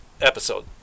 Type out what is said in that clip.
episode